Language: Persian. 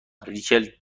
ریچل